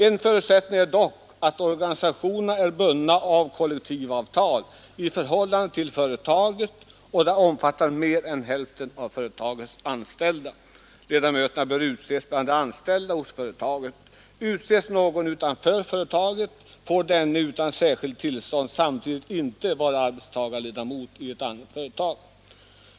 En förutsättning är dock att organisationerna är bundna av kollektivavtal i förhållande till företaget och att de omfattar mer än hälften av företagets anställda. Ledamöter bör utses bland de anställda hos företaget. Utses någon utanför företaget, får denne utan särskilt tillstånd inte samtidigt vara arbetstagarledamot i annat företag.